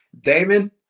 Damon